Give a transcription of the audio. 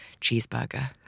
cheeseburger